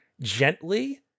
gently